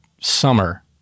summer